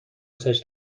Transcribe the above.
سرچ